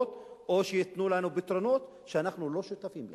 או שייתנו לנו פתרונות שאנחנו לא שותפים להם.